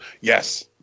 Yes